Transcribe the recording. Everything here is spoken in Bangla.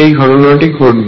এই ঘটনাটি ঘটবে